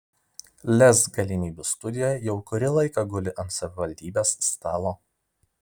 lez galimybių studija jau kurį laiką guli ant savivaldybės stalo